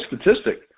statistic